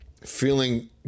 feeling